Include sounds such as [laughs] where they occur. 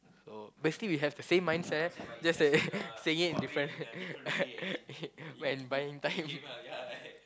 oh basically we have the same mindset just that [breath] saying it different [laughs] when buying time